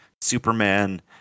Superman